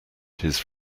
his